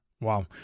Wow